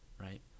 right